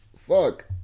Fuck